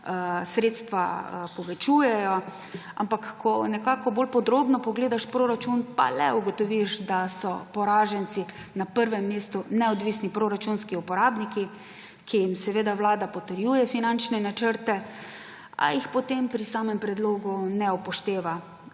sredstva povečujejo, ampak ko nekako bolj podrobno pogledaš proračun, pa le ugotoviš, da so poraženci na prvem mestu neodvisni proračunski uporabniki, ki jim vlada potrjuje finančne načrte, a jih potem pri samem predlogu ne upošteva.